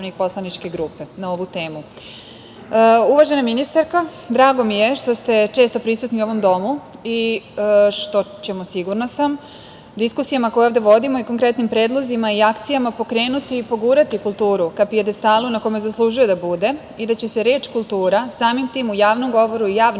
poslaničke grupe na ovu temu. Uvažena ministarko, drago mi je što ste često prisutni u ovom Domu i što ćemo, sigurna sam, diskusijama koje ovde vodimo i konkretnim predlozima i akcijama pokrenuti i pogurati kulturu ka pijedestalu na kome zaslužuje da bude i da će se reč kultura samim tim u javnom govoru i javnim